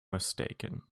mistaken